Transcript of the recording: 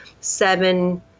seven